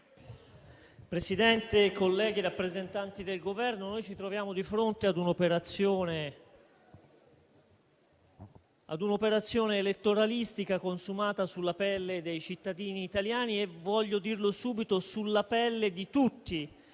Presidente, colleghi, rappresentanti del Governo, noi ci troviamo di fronte a un'operazione elettoralistica consumata sulla pelle dei cittadini italiani e - voglio dirlo subito - sulla pelle di tutti